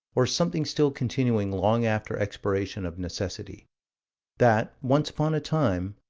or something still continuing long after expiration of necessity that, once upon a time,